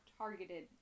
targeted